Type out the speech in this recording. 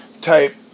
type